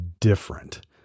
different